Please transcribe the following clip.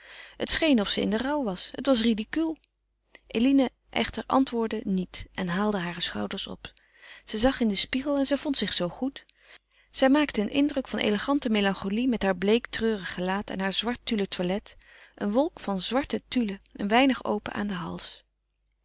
het scheen of ze in den rouw was het was ridicuul eline echter antwoordde niet en haalde hare schouders op ze zag in den spiegel en zij vond zich zoo goed zij maakte een indruk van elegante melancholie met haar bleek treurig gelaat en haar zwart tulle toilet een wolk van zwarte tulle een weinig open aan den hals